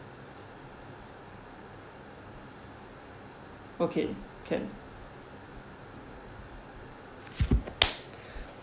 okay can